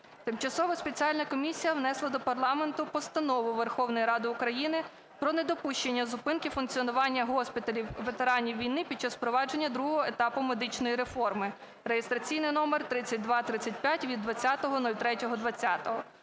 Тимчасова спеціальна комісія внесла до парламенту Постанову Верховної Ради України про недопущення зупинки функціонування госпіталів ветеранів війни під час впровадження другого етапу медичної реформи (реєстраційний номер 3235) (від 20.03.2020),